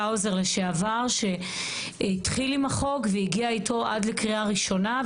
האוזר לשעבר שהתחיל עם החוק והגיע איתו עד לקריאה ראשונה.